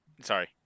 Sorry